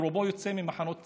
רובו יוצא ממחנות צה"ל?